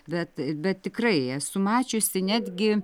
bet bet tikrai esu mačiusi netgi